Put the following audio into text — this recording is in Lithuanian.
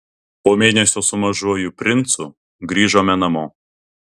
po mėnesio su mažuoju princu grįžome namo